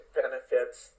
benefits